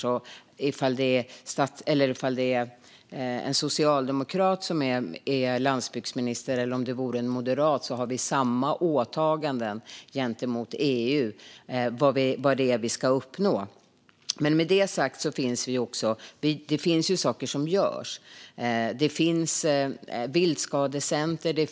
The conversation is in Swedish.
Oavsett om det är en socialdemokrat eller en moderat som är landsbygdsminister har vi samma åtaganden gentemot EU för vad vi ska uppnå. Med det sagt finns det också saker som görs. Det finns viltskadecenter.